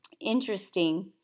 Interesting